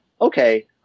okay